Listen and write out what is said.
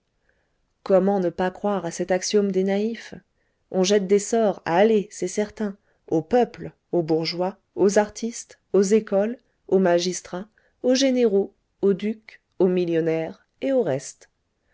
comment ne pas croire à cet axiome des naïfs on jette des sorts allez c'est certain au peuple aux bourgeois aux artistes aux écoles aux magistrats aux généraux aux ducs aux millionnaires et au reste